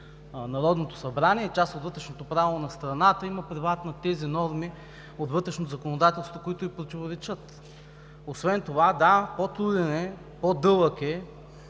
Народното събрание и част от вътрешното правило на страната, има правата на тези норми от вътрешното законодателство, които ѝ противоречат. Освен това – да, по-труден е, по-дълъг е,